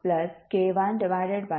ಕೊನೆಯ